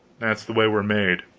that's the way we are made.